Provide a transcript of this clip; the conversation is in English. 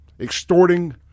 extorting